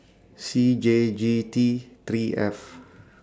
C J G T three F